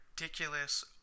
ridiculous